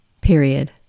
period